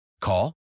Call